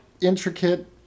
intricate